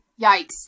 yikes